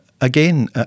again